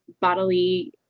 bodily